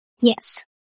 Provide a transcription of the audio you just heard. Yes